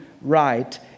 right